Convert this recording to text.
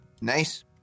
Nice